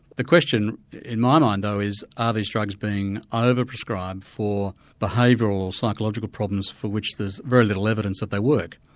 the question in my mind though is are these drugs being ah over-prescribed for behavioural or psychological problems for which there's very little evidence that they work?